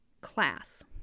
class